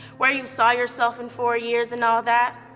where you saw yourself in four years and all that.